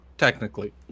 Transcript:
Technically